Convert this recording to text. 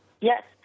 Yes